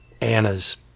Anna's